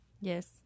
Yes